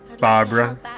Barbara